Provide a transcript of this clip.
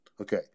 Okay